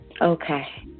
okay